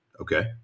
Okay